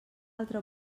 altra